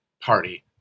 party